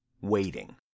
waiting